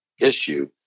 issue